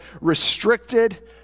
Restricted